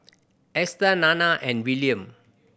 Easter Nana and Willian